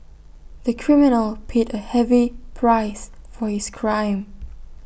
the criminal paid A heavy price for his crime